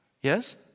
Yes